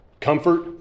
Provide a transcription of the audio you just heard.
comfort